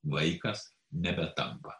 vaikas nebetampa